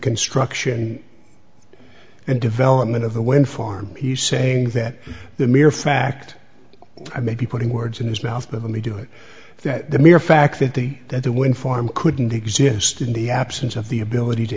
construction and development of the wind farm he's saying that the mere fact i may be putting words in his mouth but let me do it that the mere fact that the that the wind farm couldn't exist in the absence of the ability to